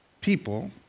people